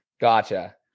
Gotcha